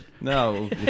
No